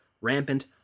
rampant